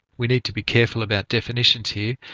we need to be careful about definitions here,